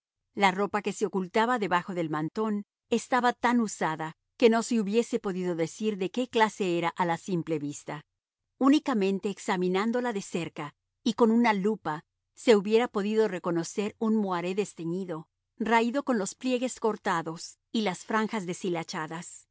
la ropa que se ocultaba debajo del mantón estaba tan usada que no se hubiese podido decir de qué clase era a la simple vista unicamente examinándola de cerca y con una lupa se hubiera podido reconocer un moaré desteñido raído con los pliegues cortados y las franjas deshilachadas